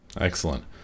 Excellent